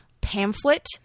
pamphlet